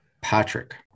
Patrick